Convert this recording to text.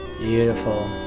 Beautiful